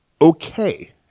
Okay